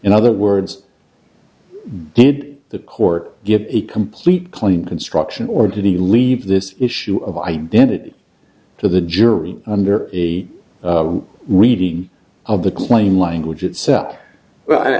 in other words did the court give a complete claim construction or did he leave this issue of identity to the jury under the reading of the claim language itself